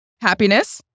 happiness